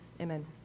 amen